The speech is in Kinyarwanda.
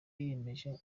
yiyemeje